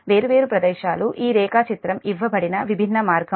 వేర్వేరు ప్రదేశాలు ఈ రేఖాచిత్రం ఇవ్వబడిన విభిన్న మార్గం